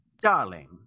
Darling